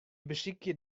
besykje